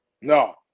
No